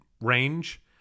range